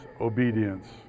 obedience